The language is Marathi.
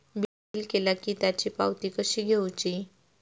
बिल केला की त्याची पावती कशी घेऊची?